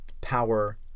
power